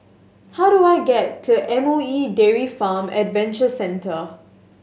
how do I get to M O E Dairy Farm Adventure Centre